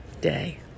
day